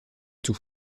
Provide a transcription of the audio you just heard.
tout